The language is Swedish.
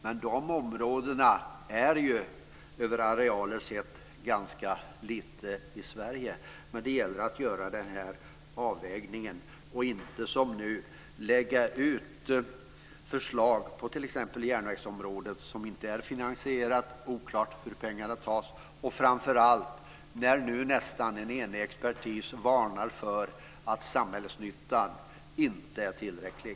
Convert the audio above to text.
Men de områdena är ju över arealen sett ganska små i Sverige. Det gäller ändå att göra den här avvägningen och inte som nu lägga ut förslag på t.ex. järnvägsområdet som inte är finansierade, där det är oklart hur pengarna tas och där framför allt en nu nästan enig expertis varnar för att samhällsnyttan inte är tillräcklig.